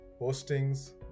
postings